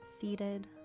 seated